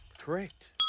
Correct